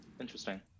interesting